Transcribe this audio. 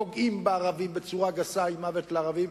פוגעים בערבים בצורה גסה עם "מוות לערבים".